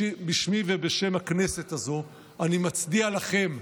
בשמי ובשם הכנסת הזו, אני מצדיע לכם,